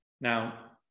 now